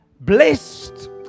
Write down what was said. blessed